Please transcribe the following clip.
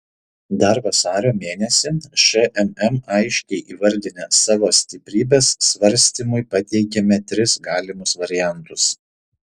dar vasario mėnesį šmm aiškiai įvardinę savo stiprybes svarstymui pateikėme tris galimus variantus